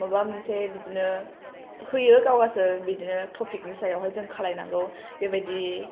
माबा मोनसे बिदिनो होयो गावसोर बिदिनो टपिकनि सायावहाय जों खालायनांगौ बेबायदि